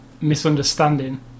misunderstanding